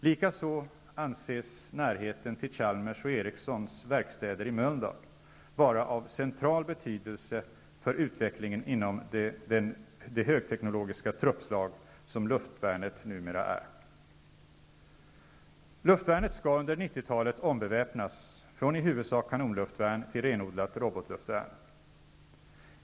Likaså anses närheten till Chalmers och Ericssons verstäder i Mölndal vara av central betydelse för utvecklingen inom det högteknologiska truppslag som luftvärnet numera är. Luftvärnet skall under 90-talet ombeväpnas från i huvudsak kanonluftvärn till renodlat robotluftvärn.